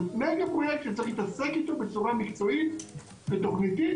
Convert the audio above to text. זה מגה-פרויקט שצריך להתעסק איתו בצורה מקצועית ותוכניתית,